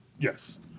Yes